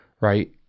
right